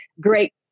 great